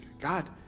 god